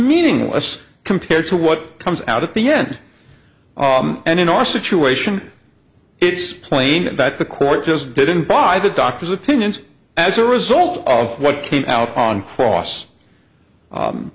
meaningless compared to what comes out at the end and in our situation it's plain that the court just didn't buy the doctor's opinions as a result of what came out on cross